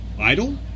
Idle